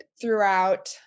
throughout